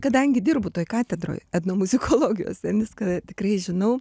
kadangi dirbu toj katedroj etnomuzikologijos viską tikrai žinau